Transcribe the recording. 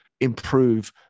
improve